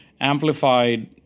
amplified